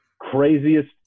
craziest